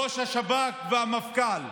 ראש השב"כ והמפכ"ל.